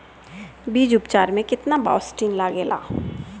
बीज उपचार में केतना बावस्टीन लागेला?